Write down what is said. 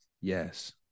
Yes